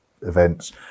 events